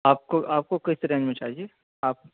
آپ کو آپ کو کس رینج میں چاہیے آپ